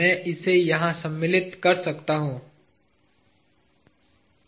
मैं इसे यहाँ सम्मिलित करता हूँ